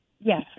Yes